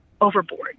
overboard